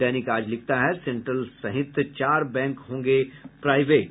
दैनिक आज लिखता है सेंट्रल सहित चार बैंक होंगे प्राइवेट